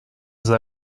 sei